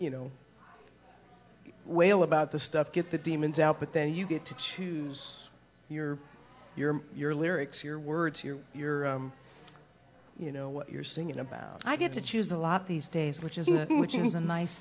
you know wail about the stuff get the demons out but then you get to choose your your your lyrics your words here your you know what you're singing about i get to choose a lot these days which is which is a nice